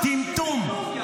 -- טמטום,